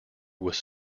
was